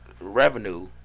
revenue